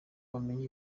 bamenye